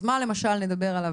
אז על מה למשל אנחנו נדבר היום?